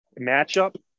matchup